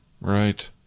Right